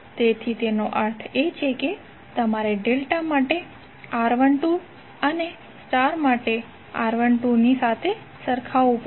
તેથી તેનો અર્થ એ છે કે તમારે ડેલ્ટા માટે R12 ને સ્ટાર માટે R12 ની સાથે સરખાવવા પડશે